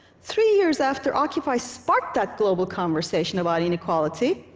three years after occupy sparked that global conversation about inequality,